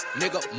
nigga